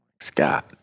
Scott